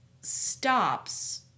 stops